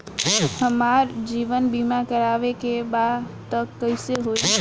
हमार जीवन बीमा करवावे के बा त कैसे होई?